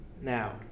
Now